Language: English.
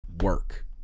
work